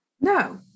No